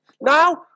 Now